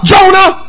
Jonah